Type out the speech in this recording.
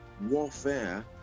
warfare